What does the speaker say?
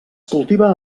cultiva